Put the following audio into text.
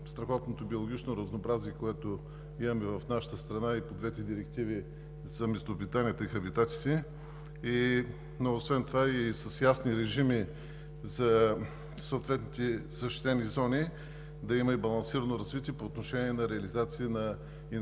страхотното биологично разнообразие, което имаме в нашата страна, и по двете директиви – за местообитанията и хабитатите. Освен това и с ясни режими за съответните защитени зони да има балансирано развитие по отношение на реализация на икономика,